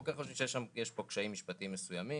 אנחנו כן חושבים שיש פה קשיים משפטיים מסוימים,